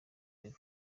level